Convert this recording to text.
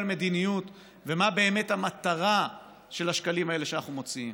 מדיניות ומה באמת המטרה של השקלים האלה שאנחנו מוציאים.